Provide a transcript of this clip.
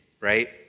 right